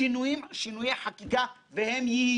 יש כאן שתי הצעות חוק שמונחות.